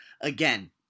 again